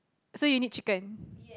so you need chicken